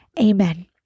amen